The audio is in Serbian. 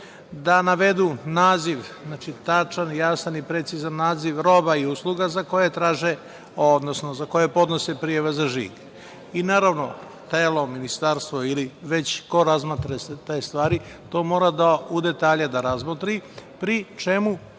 da navedu naziv, znači tačan, jasan i precizan naziv roga i usluga za koje traže odnosno za koje podnose prijave za žig. Naravno, celo ministarstvo ili već ko razmatra te stvari, to mora da bude u detalje da razmotri, pri čemu